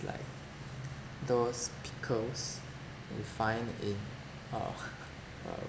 like those pickles we find in uh uh